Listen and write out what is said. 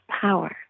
power